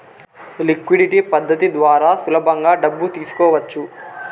liquidity పద్ధతి ద్వారా సులభంగా డబ్బు తీసుకోవచ్చు